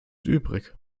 übrig